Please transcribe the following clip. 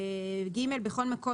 (ג)בכל מקום,